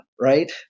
right